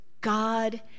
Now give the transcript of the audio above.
God